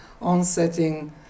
onsetting